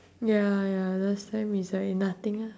ya ya last time is like nothing lah